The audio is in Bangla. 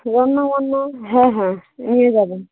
অন্য অন্য হ্যাঁ হ্যাঁ নিয়ে যাবেন